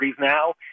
now